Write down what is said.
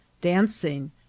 dancing